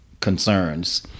concerns